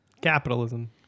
Capitalism